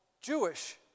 Jewish